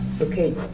Okay